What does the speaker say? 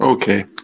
Okay